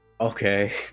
Okay